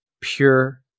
pure